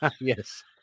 yes